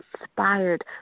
inspired